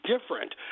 different